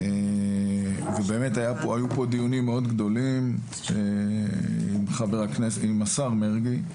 היו פה דיונים מאוד גדולים עם השר מרגי,